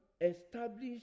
establish